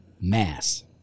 mass